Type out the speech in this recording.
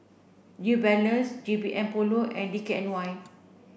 New Balance G B M Polo and D K N Y